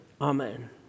Amen